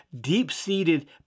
deep-seated